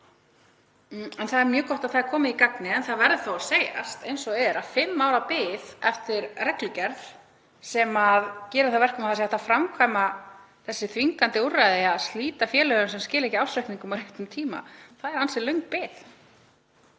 En það er mjög gott að það er komið í gagnið. Það verður þó að segjast að fimm ára bið eftir reglugerð sem gerir það að verkum að hægt sé að framkvæma þessi þvingandi úrræði, að slíta félögum sem skila ekki ársreikningum á réttum tíma, er ansi löng bið.